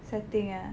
setting ah